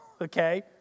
Okay